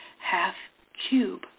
half-cube